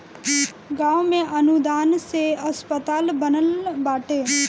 गांव में अनुदान से अस्पताल बनल बाटे